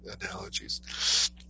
analogies